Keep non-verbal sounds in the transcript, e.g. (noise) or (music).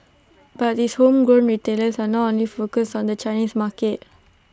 (noise) but these homegrown retailers are not only focused on the Chinese market